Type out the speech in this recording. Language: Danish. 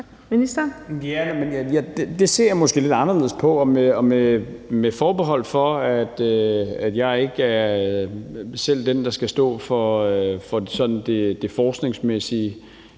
Det ser jeg måske lidt anderledes på, og jeg tager forbehold for, at jeg ikke selv er den, der skal stå for det forskningsmæssige